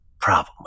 problem